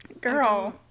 Girl